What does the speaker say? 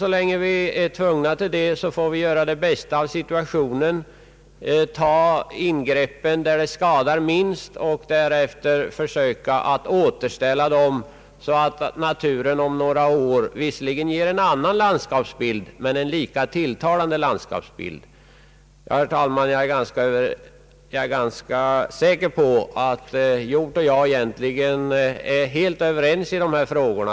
Så länge vi är tvungna till det måste vi göra det bästa av situationen och göra ingreppen där de skadar minst och därefter försöka återställa dessa områden så att naturen om några år visserligen uppvisar en annan men lika tilltalande landskapsbild. Herr talman! Jag är säker på att herr Hjorth och jag egentligen är helt överens i dessa frågor.